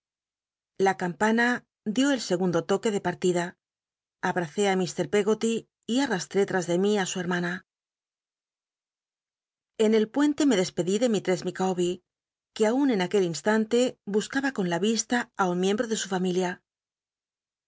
la campana dió el segundo toque de pmtida abracé i lr pcggoty y arrastró tras de mi á su hermana en el puente me despedí de mi hess ilicawber que aun en aquel instante buscaba con la yista un miembro de su familia